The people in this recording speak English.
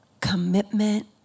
commitment